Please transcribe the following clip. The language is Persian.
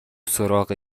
سراغ